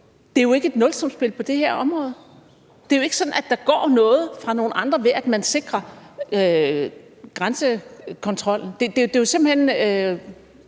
Det er jo ikke et nulsumsspil på det her område. Det er jo ikke sådan, at der går noget fra nogle andre, ved at man sikrer grænsekontrollen. Det er jo simpelt hen